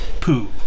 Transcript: poo